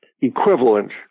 equivalent